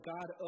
God